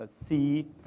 see